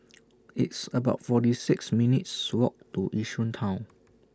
It's about forty six minutes' Walk to Yishun Town